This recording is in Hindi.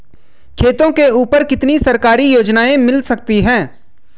खेतों के ऊपर कितनी सरकारी योजनाएं मिल सकती हैं?